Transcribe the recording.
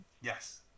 Yes